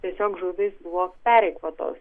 tiesiog žuvys buvo pereikvotos